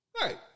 Right